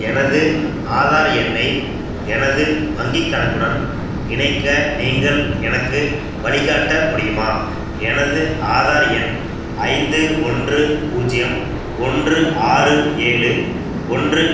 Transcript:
எனது ஆதார் எண்ணை எனது வங்கி கணக்குடன் இணைக்க நீங்கள் எனக்கு வழிகாட்ட முடியுமா எனது ஆதார் எண் ஐந்து ஒன்று பூஜ்யம் ஒன்று ஆறு ஏழு ஒன்று